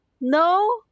No